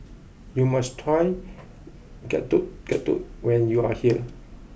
you must try Getuk Getuk when you are here